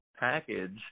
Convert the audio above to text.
package